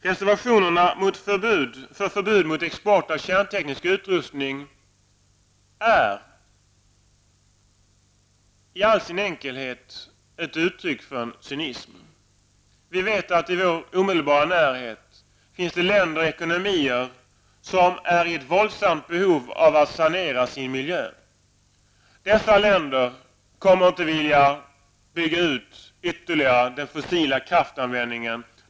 Reservationerna för förbud mot export av kärnteknologisk utrustning är i all sin enkelhet ett uttryck för cynism. Vi vet att i vår omedebaranärhet finns det länder och ekonomier som är i ett våldsamt behov av att sanera sin miljö. Dessa länder kommer inte att vilja bygga ut ytterligare den fossila kraftanvändningen.